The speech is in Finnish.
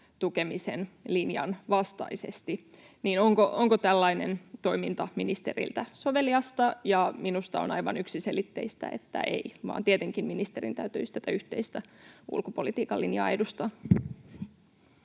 tukemisen linjan vastaisesti. Onko tällainen toiminta ministeriltä soveliasta? Ja minusta on aivan yksiselitteistä, että ei, vaan tietenkin ministerin täytyisi tätä yhteistä ulkopolitiikan linjaa edustaa.